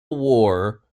war